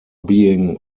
being